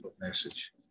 message